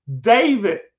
David